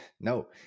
No